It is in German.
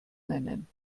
nennen